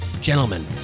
Gentlemen